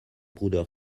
bruder